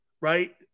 right